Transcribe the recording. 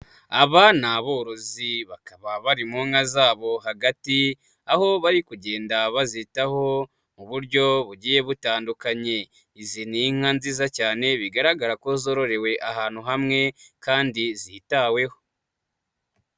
Aba ni aborozi, bakaba bari mu nka zabo hagati, aho bari kugenda bazitaho mu buryo bugiye butandukanye. Izi ni inka nziza cyane, bigaragara ko zororewe ahantu hamwe, kandi zitaweho.